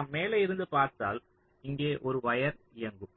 நாம் மேலே இருந்து பார்த்தால் இங்கே ஒரு வயர் இயங்கும்